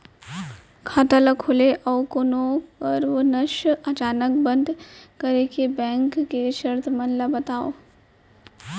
खाता ला खोले अऊ कोनो कारनवश अचानक बंद करे के, बैंक के शर्त मन ला बतावव